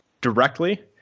directly